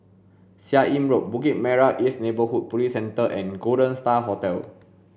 Seah Im Road Bukit Merah East Neighbourhood Police Centre and Golden Star Hotel